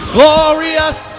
Glorious